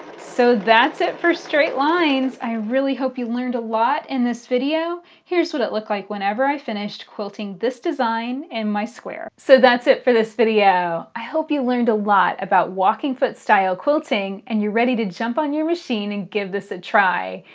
so that's it for straight lines. i really hope you learned a lot in this video. here's what it looks like when i finish quilting this design in and my square. so that's it for this video. i hope you learned a lot about walking foot-style quilting and you're ready to jump on your machine and give this a try.